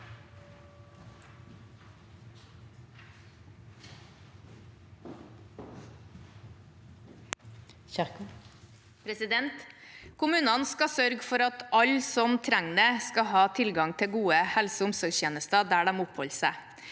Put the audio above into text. Kjerkol Kommunene skal sørge for at alle som trenger det, skal ha tilgang til gode helse- og omsorgstjenester der de oppholder seg.